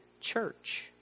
church